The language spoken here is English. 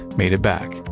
made it back.